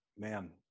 Man